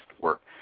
work